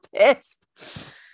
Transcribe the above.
pissed